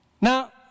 Now